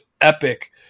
epic